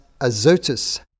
Azotus